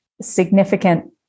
significant